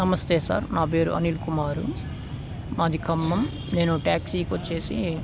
నమస్తే సార్ నా పేరు అనిల్ కుమారు మాది ఖమ్మం నేను ట్యాక్సీకి వచ్చి